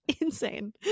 insane